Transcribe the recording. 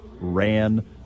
ran